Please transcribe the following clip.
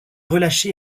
relâché